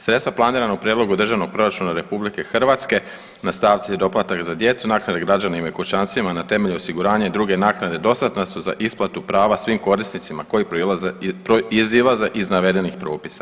Sredstva planirana u prijedlogu državnog proračuna RH na stavci doplatak za djecu, naknade građanima i kućanstvima na temelju osiguranja i druge naknade, dostatna su za isplatu prava svih korisnicima koji proizlaze iz navedenih propisa.